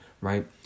right